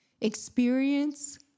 experience